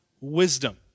wisdom